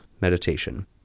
meditation